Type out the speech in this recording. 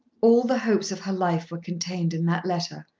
all the hopes of her life were contained in that letter.